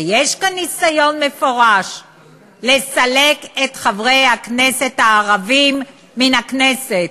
ויש כאן ניסיון מפורש לסלק את חברי הכנסת הערבים מן הכנסת.